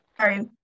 sorry